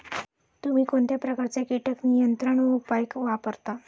तुम्ही कोणत्या प्रकारचे कीटक नियंत्रण उपाय वापरता?